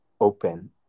open